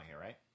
right